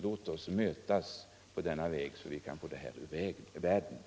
Låt oss mötas på vägen, så att vi kan få det här problemet ur världen.